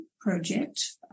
project